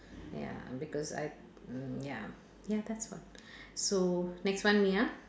ya because I mm ya ya that's one so next one me ah